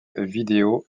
vidéo